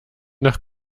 nach